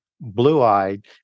blue-eyed